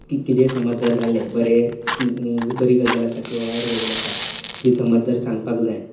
कितें समज जर जालें बरें बरी गजाल आसा किंवा वायट गजाल आसा ती समज जर सांगपाक जाय